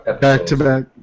back-to-back